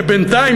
שבינתיים,